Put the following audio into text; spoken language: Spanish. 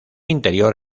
interior